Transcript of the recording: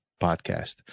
podcast